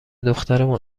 دخترمون